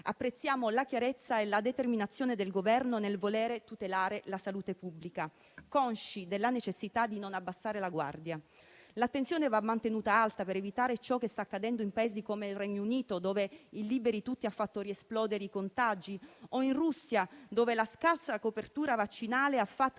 Apprezziamo la chiarezza e la determinazione del Governo nel voler tutelare la salute pubblica, consci della necessità di non abbassare la guardia. L'attenzione va mantenuta alta, per evitare ciò che sta accadendo in Paesi come il Regno Unito, dove il "liberi tutti" ha fatto riesplodere i contagi, o la Russia, dove la scarsa copertura vaccinale ha fatto